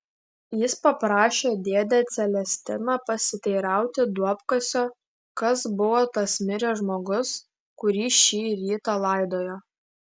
jis paprašė dėdę celestiną pasiteirauti duobkasio kas buvo tas miręs žmogus kurį šį rytą laidojo